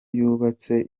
yubatse